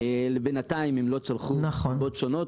בינתיים הם לא צלחו, מסיבות שונות.